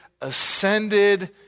ascended